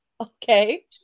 Okay